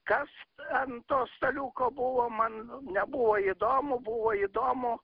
kas ant to staliuko buvo man nebuvo įdomu buvo įdomu